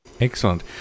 Excellent